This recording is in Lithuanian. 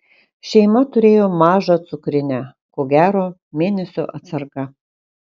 šeima turėjo mažą cukrinę ko gero mėnesio atsarga